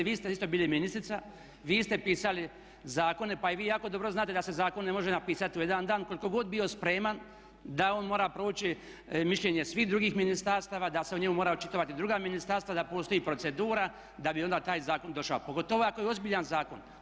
Vi ste isto bili ministrica, vi ste pisali zakone, pa i vi jako dobro znate da se zakon ne može napisati u jedan dan koliko god bio spreman, da on mora proći mišljenje svih drugih ministarstava, da se o njemu moraju očitovati druga ministarstva, da postoji procedura da bi onda taj zakon došao pogotovo ako je ozbiljan zakon.